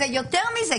זה יותר מזה,